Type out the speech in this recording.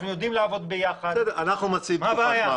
אנחנו יודעים לעבוד ביחד, מה הבעיה?